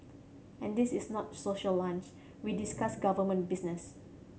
and this is not social lunch we discuss government business